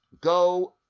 go